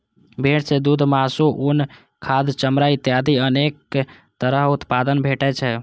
भेड़ सं दूघ, मासु, उन, खाद, चमड़ा इत्यादि अनेक तरह उत्पाद भेटै छै